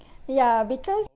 ya because err